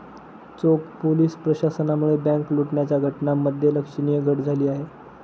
चोख पोलीस प्रशासनामुळे बँक लुटण्याच्या घटनांमध्ये लक्षणीय घट झाली आहे